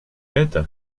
это